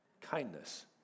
kindness